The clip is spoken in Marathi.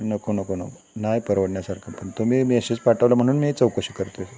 नको नको नको नाही परवडण्यासारखं पण तुम्ही मेसेज पाठवला म्हणून मी ही चौकशी करतो आहे